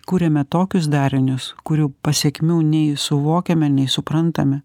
kuriame tokius darinius kurių pasekmių nei suvokiame nei suprantame